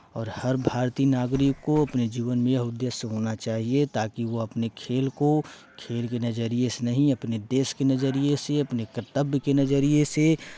और हर भारतीय नागरिक को अपने जीवन में उद्देश्य होना चाहिए ताकि वो अपने खेल को खेल के नज़रिये से नहीं अपने देश के नज़रिये से अपने कर्तव्य के नज़रिये से